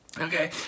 Okay